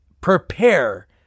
prepare